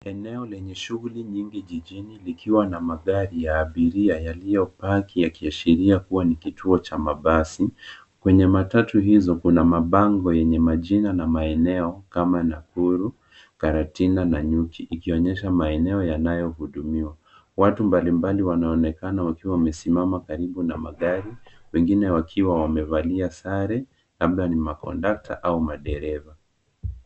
Eneo lenye shughuli nyingi jijini, likiwa na magari ya abiria yalio paki yakiashiria kuwa ni kituo cha mabasi. Kwenye matatu hizo kuna mabango yenye majina ya maeneo kama Nakuru, Karatina, Nanyuki ikionyesha maeneo yanayo hudumiwa. Watu mbali mbali wanaonekana wakiwa wamesimama karibu na magari wengine wakiwa wamevalia sare labda ni makondakta au madereva.